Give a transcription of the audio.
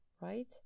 right